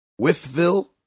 Withville